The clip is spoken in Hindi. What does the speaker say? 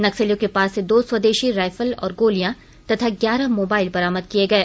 नक्सलियों के पास से दो स्वदेशी रायफल और गोलियां तथा ग्यारह मोबाइल बरामद किए गए